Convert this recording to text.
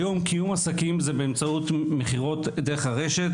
היום קיום עסקים זה באמצעות מכירות דרך הרשת